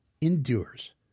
endures